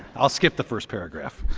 i'll skip the first paragraph.